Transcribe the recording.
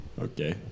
Okay